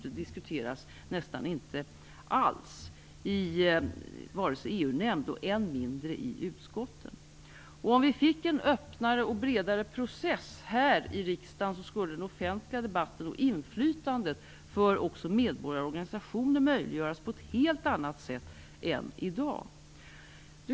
Ärendena diskuteras nästan inte alls i EU nämnden och än mindre i utskotten. Om vi fick en öppnare och bredare process här i riksdagen, skulle den offentliga debatten och inflytande för medborgare och organisationer möjliggöras på ett helt annat sätt än i dag.